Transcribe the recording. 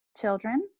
children